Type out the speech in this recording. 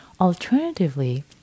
Alternatively